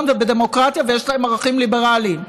ובדמוקרטיה ויש להם ערכים ליברליים.